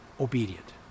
obedient